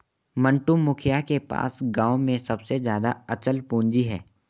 मंटू, मुखिया के पास गांव में सबसे ज्यादा अचल पूंजी है